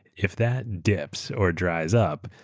if that dips or dries up,